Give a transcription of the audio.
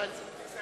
תדע את זה.